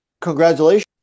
congratulations